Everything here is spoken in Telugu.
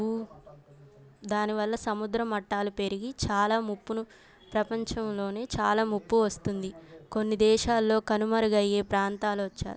భూ దానివల్ల సముద్ర మట్టాలు పెరిగి చాలా ముప్పును ప్రపంచంలోనే చాలా ముప్పు వస్తుంది కొన్ని దేశాల్లో కొనుమరుగయ్యే ప్రాంతాలు వచ్చాయి